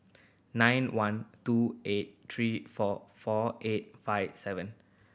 nine one two eight three four four eight five seven